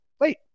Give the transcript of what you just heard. wait